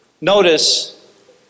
Notice